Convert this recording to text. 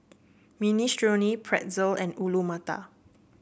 Minestrone Pretzel and Alu Matar